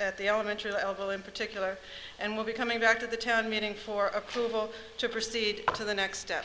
at the elementary level in particular and will be coming back to the town meeting for approval to proceed to the next step